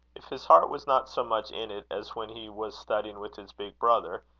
if his heart was not so much in it as when he was studying with his big brother,